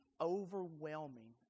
overwhelming